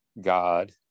god